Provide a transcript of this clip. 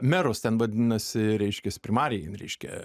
merus ten vadinasi reiškiasi primarijum reiškia